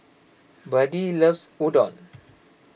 Buddie loves Udon